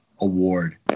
award